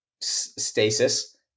stasis